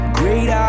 great